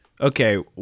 Okay